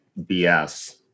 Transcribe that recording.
BS